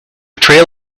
trail